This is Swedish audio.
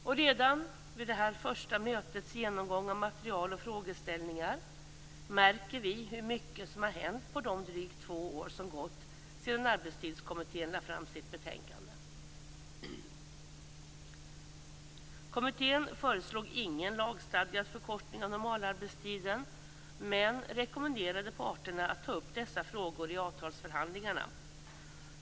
Och redan vid det här första mötets genomgång av material och frågeställningar märker vi hur mycket som har hänt under de drygt två år som har gått sedan Arbetstidskommittén lade fram sitt betänkande. Kommittén föreslog ingen lagstadgad förkortning av normalarbetstiden men rekommenderade parterna att ta upp dessa frågor i avtalsförhandlingarna.